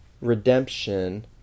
redemption